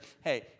Hey